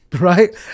Right